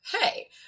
hey